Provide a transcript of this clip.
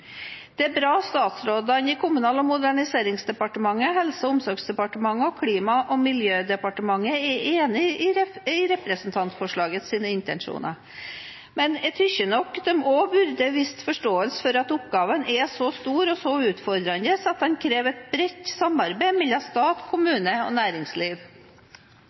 Det er bra statsrådene i Kommunal- og moderniseringsdepartementet, Helse- og omsorgsdepartementet og Klima- og miljødepartementet er enig i representantforslagets intensjoner, men jeg synes nok de også burde vist forståelse for at oppgaven er så stor og så utfordrende at den krever et bredt samarbeid mellom stat, kommune og næringsliv.